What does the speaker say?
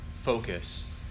focus